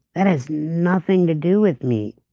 and has nothing to do with me,